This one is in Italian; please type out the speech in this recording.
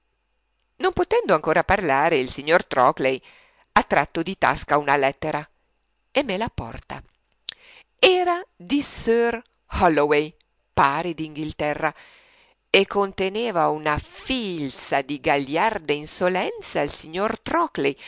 non potendo ancora parlare il signor trockley ha tratto di tasca una lettera e me l'ha porta era di sir h w holloway pari d'inghilterra e conteneva una filza di gagliarde insolenze al signor